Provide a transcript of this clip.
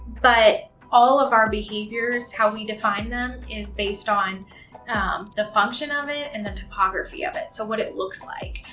but all of our behaviors, how we define them, is based on the function of it and the topography of it. so, what it looks like.